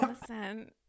listen